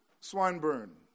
Swinburne